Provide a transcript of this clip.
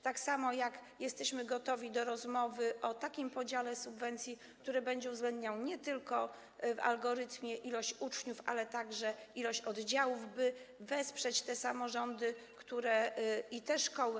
Tak samo jesteśmy gotowi do rozmowy o takim podziale subwencji, który będzie uwzględniał nie tylko w algorytmie liczbę uczniów, ale także liczbę oddziałów, by wesprzeć te samorządy i te szkoły.